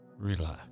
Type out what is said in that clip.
relax